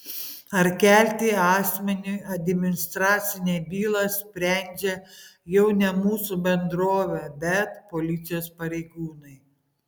ar kelti asmeniui administracinę bylą sprendžia jau ne mūsų bendrovė bet policijos pareigūnai